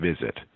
visit